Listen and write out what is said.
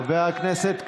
חבר הכנסת קריב,